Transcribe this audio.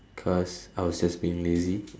cause I was just being lazy